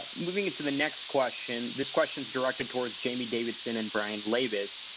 ah moving to the next question, this question's directed towards jamie davidson and brian labus.